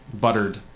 Buttered